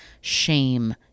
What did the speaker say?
shame